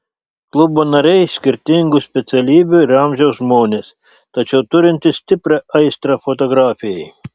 klubo nariai skirtingų specialybių ir amžiaus žmonės tačiau turintys stiprią aistrą fotografijai